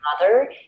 mother